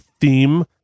theme